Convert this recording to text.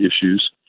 issues